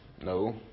No